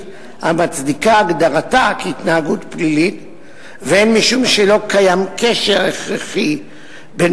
המצדיקה הגדרתה כהתנהגות פלילית והן משום שלא קיים קשר הכרחי בין